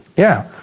yeah,